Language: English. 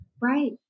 Right